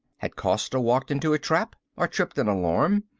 had costa walked into a trap or tripped an alarm?